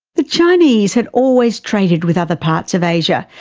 the chinese had always traded with other parts of asia,